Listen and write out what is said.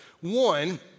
One